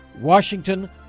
Washington